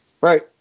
Right